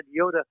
yoda